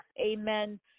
amen